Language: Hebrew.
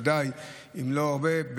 אם לא הרבה,